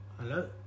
Hello